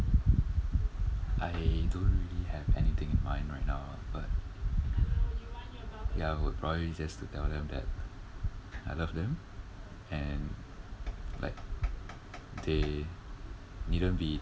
I don't really have anything in mind right now ah but ya would probably just to tell them that I love them and like they needn't be